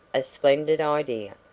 a splendid idea!